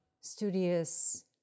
studious